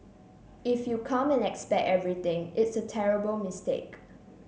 if you come and expect everything it's a terrible mistake